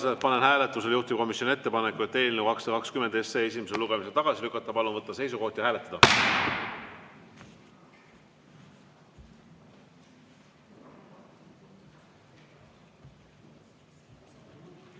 panen hääletusele juhtivkomisjoni ettepaneku eelnõu 220 esimesel lugemisel tagasi lükata. Palun võtta seisukoht ja hääletada!